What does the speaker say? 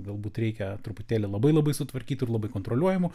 galbūt reikia truputėlį labai labai sutvarkytų ir labai kontroliuojamų